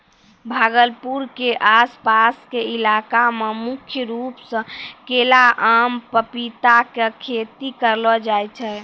भागलपुर के आस पास के इलाका मॅ मुख्य रूप सॅ केला, आम, पपीता के खेती करलो जाय छै